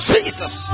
Jesus